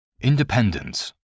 Independence